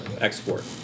export